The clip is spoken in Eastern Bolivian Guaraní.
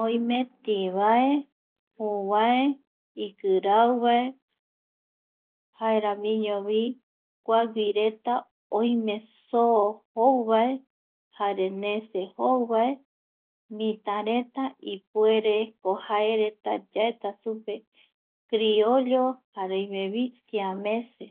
Oime tivae, juu vae, ikirauvae... jaeramiñovi kuaguireta oime soo jouvae, jare neseño jou vae, mitareta ipuereko jaereta yaeta supe criollo jare oimevi siamese.